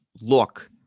look